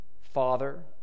father